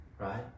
right